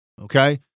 Okay